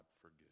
forgive